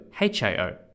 H-A-O